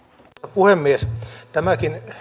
puhemies tämäkin